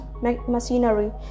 machinery